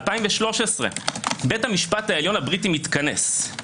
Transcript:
2013 - בית המשפט העליון הבריטי מתכנס.